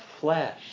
flesh